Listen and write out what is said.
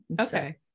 Okay